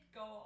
go